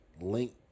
Link